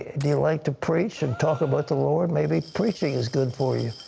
do you like to preach and talk about the lord? maybe preaching is good for you.